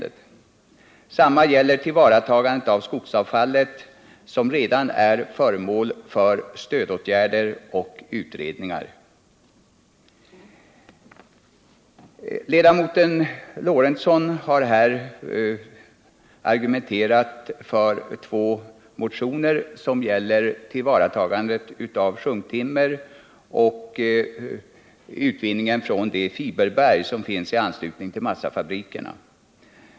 Detsamma gäller beträffande tillvaratagandet av skogsavfallet, som redan är föremål för stödåtgärder och utredningar. Gustav Lorentzon har här argumenterat för två motioner som gäller tillvaratagandet av sjunktimmer och de fiberberg som finns i anslutning till massafabrikerna.